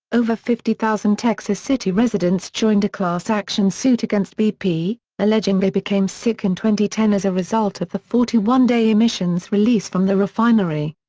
over fifty thousand texas city residents joined a class-action suit against bp, alleging they became sick and ten as a result of the forty one day emissions release from the refinery.